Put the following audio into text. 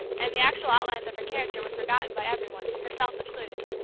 and the actual outlines of her character were forgotten by every one, herself included.